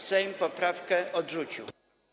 Sejm poprawkę odrzucił.